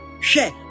share